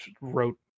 wrote